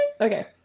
okay